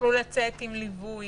שיוכלו לצאת עם ליווי.